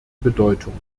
bedeutung